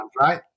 right